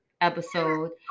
episode